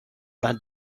met